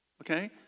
okay